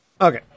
Okay